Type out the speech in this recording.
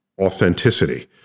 authenticity